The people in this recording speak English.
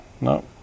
No